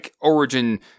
origin